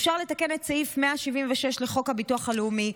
אפשר לתקן את סעיף 176 לחוק הביטוח הלאומי,